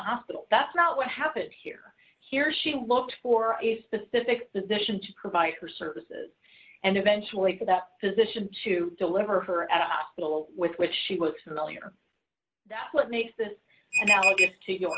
hospital that's not what happened here here she looked for a specific position to provide her services and eventually for that position to deliver her at a hospital with which she was in the earlier that's what makes this now a gift